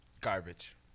Garbage